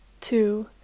Two